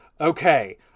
Okay